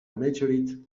meteorite